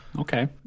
Okay